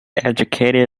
educated